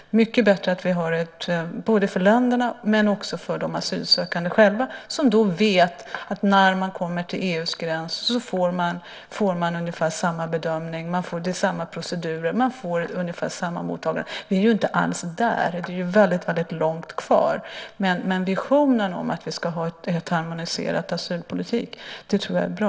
Det är mycket bättre för länderna men också för de asylsökande som då vet att de, när de kommer till EU:s gräns, får ungefär samma bedömning. Det är samma procedurer. De får ungefär samma mottagande. Vi är inte alls där. Det är väldigt långt kvar, men visionen om att vi ska ha en harmoniserad asylpolitik tror jag är bra.